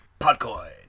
Podcoin